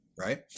Right